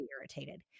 irritated